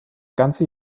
ganze